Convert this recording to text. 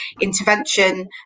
intervention